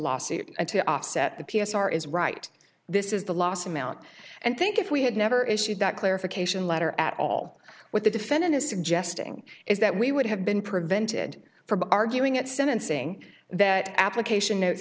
lawsuit to offset the p s r is right this is the last amount and think if we had never issued that clarification letter at all with the defendant is suggesting is that we would have been prevented from arguing at sentencing that application